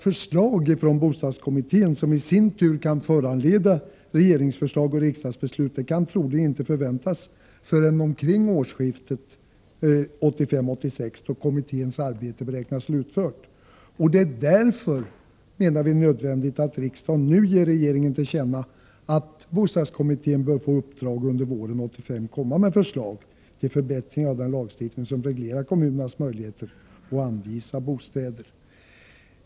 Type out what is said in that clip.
Förslag från bostadskommittén, som i sin tur kan föranleda regeringsförslag och riksdagsbeslut, kan troligen inte förväntas förrän omkring årsskiftet 1985-1986, då kommitténs arbete beräknas vara slutfört. Vpk anser därför att det är nödvändigt att riksdagen nu ger regeringen till känna att bostadskommittén bör få i uppdrag att under våren 1985 komma med förslag till förbättring av den lagstiftning som reglerar kommunernas möjligheter att anvisa bostäder.